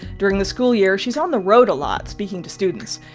during the school year, she's on the road a lot, speaking to students.